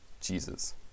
Jesus